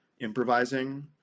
improvising